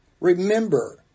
Remember